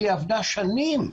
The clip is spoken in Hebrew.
והיא עבדה שנים,